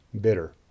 bitter